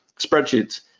Spreadsheets